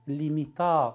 limita